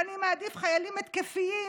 ואני מעדיף חיילים התקפיים,